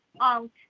out